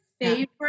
favorite